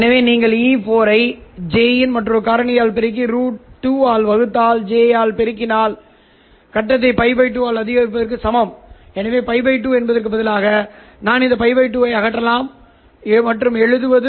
இது தவிர laser diode கட்ட சத்தம் மட்டுமல்லாமல் பிற வகை கட்ட சத்தங்களும் இருக்கும் ஃபைபர் ஒரு குறிப்பிட்ட அளவு கட்ட சத்தத்தையும் அறிமுகப்படுத்துகிறது